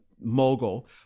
Mogul